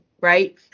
right